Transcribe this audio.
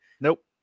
nope